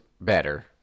better